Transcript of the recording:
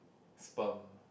sperm